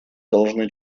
должны